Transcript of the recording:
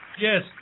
yes